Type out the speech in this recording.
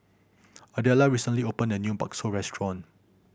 Adella recently opened a new bakso restaurant